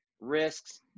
risks